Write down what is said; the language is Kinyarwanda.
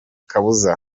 kabuza